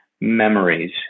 memories